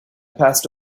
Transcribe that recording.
passed